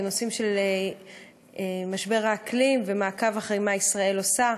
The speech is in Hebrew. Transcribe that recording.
בנושאים של משבר האקלים ומעקב אחרי מה שישראל עושה,